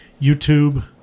YouTube